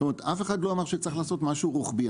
זאת אומרת אף אחד לא אמר שצריך לעשות משהו רוחבי,